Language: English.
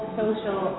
social